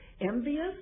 envious